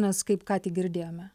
mes kaip ką tik girdėjome